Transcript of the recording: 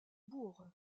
bourg